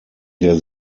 der